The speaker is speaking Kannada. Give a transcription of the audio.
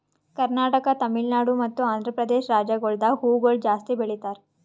ಕರ್ನಾಟಕ, ತಮಿಳುನಾಡು ಮತ್ತ ಆಂಧ್ರಪ್ರದೇಶ ರಾಜ್ಯಗೊಳ್ದಾಗ್ ಹೂವುಗೊಳ್ ಜಾಸ್ತಿ ಬೆಳೀತಾರ್